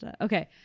okay